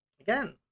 again